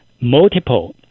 multiple